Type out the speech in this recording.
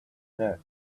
hat